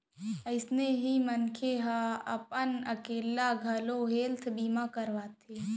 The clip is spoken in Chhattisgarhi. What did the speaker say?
अइसने ही मनसे ह अपन अकेल्ला घलौ हेल्थ बीमा करवाथे